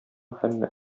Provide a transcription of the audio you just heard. һәммә